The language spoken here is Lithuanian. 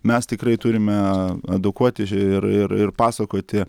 mes tikrai turime edukuoti ir ir ir pasakoti